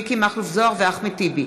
מיקי מכלוף זוהר ואחמד טיבי